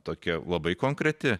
tokia labai konkreti